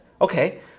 Okay